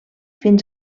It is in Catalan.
fins